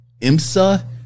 imsa